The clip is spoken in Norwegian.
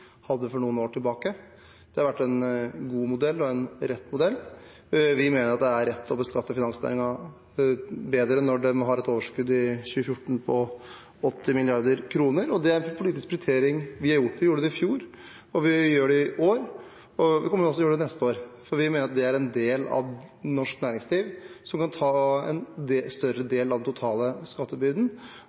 hadde noen år tilbake. Det har vært en god modell og en rett modell. Vi mener at det er rett å beskatte finansnæringen mer når de hadde et overskudd i 2014 på 80 mrd. kr. Det er en politisk prioritering vi har gjort. Vi gjorde det i fjor, vi gjør det i år, og vi kommer også til å gjøre det til neste år. Vi mener det er en del av norsk næringsliv som kan ta en større del av den totale skattebyrden.